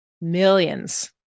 millions